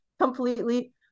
completely